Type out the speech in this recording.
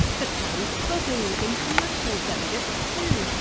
the town is buzzing with international delegates too.